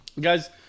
Guys